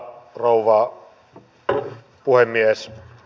arvoisa rouva puhemies